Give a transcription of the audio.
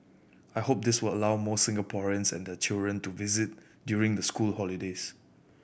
I hope this will allow more Singaporeans and their children to visit during the school holidays